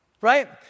right